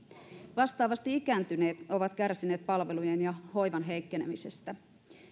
vastaavasti ikääntyneet ovat kärsineet palvelujen ja hoivan heikkenemisestä